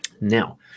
Now